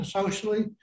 socially